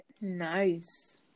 nice